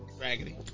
Raggedy